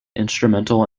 instrumental